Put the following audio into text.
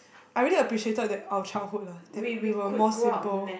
I really appreciated that our childhood ah that we were more simple